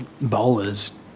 bowlers